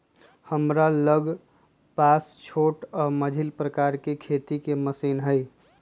हमरा लग पास छोट आऽ मझिला प्रकार के खेती के मशीन हई